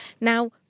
Now